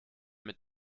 mit